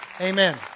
Amen